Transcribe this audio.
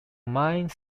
mine